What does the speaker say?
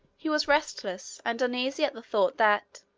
he was restless and uneasy at the thought that,